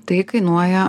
tai kainuoja